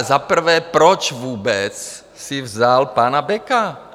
Za prvé, proč vůbec si vzal pana Beka?